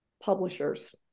publishers